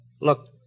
Look